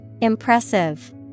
Impressive